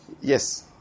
Yes